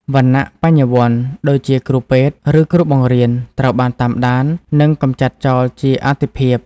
វណ្ណៈ "បញ្ញវន្ត" ដូចជាគ្រូពេទ្យ ឬគ្រូបង្រៀន ត្រូវបានតាមដាន និងកម្ចាត់ចោលជាអាទិភាព។